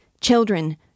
Children